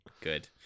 good